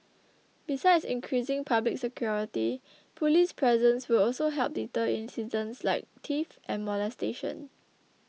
besides increasing public security police presence will also help deter incidents like theft and molestation